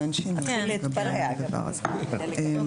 אין פה שינוי לגבי הדבר הזה.